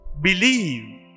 believe